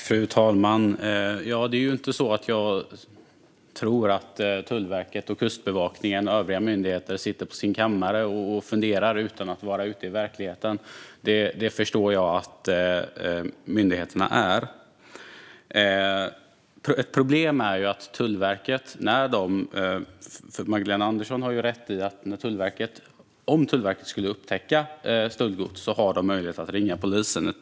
Fru talman! Jag tror ju inte att Tullverket, Kustbevakningen och övriga myndigheter sitter på sina kammare och funderar utan att vara ute i verkligheten. Jag förstår att myndigheterna är det. Magdalena Andersson har rätt i att Tullverket kan ringa polisen om man upptäcker stöldgods.